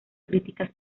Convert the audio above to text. críticas